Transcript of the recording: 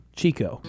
Chico